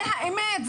זה האמת,